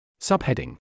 Subheading